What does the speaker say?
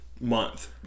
month